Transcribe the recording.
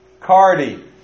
Cardi